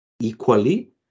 equally